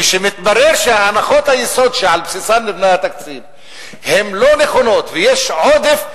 כשמתברר שהנחות היסוד שעל בסיסן נבנה התקציב הן לא נכונות ויש עודף,